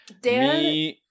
Dan